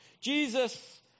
Jesus